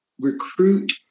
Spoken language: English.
recruit